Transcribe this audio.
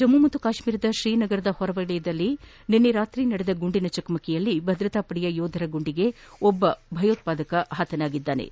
ಜಮ್ನು ಕಾಶ್ನೀರದ ಶ್ರೀನಗರದ ಹೊರವಲಯದಲ್ಲಿ ಕಳೆದ ರಾತ್ರಿ ನಡೆದ ಗುಂಡಿನ ಚಕಮಕಿಯಲ್ಲಿ ಭದ್ರತಾ ಪಡೆಯ ಯೋಧರ ಗುಂಡಿಗೆ ಓರ್ವ ಭಯೋತ್ವಾದಕ ಹತನಾಗಿದ್ದಾನೆ